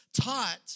taught